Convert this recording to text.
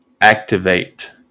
activate